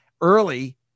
early